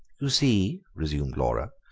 you see, resumed laura,